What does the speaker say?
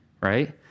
right